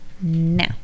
now